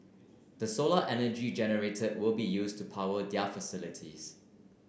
the solar energy generated will be used to power their facilities